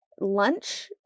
lunch